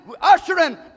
ushering